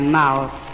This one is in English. mouth